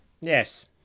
yes